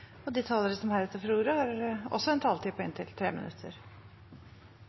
og de som måtte tegne seg på talerlisten utover den fordelte taletid, får en taletid på inntil 3 minutter.